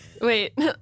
Wait